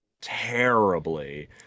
terribly